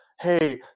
hey